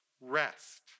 rest